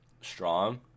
strong